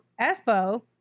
espo